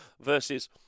versus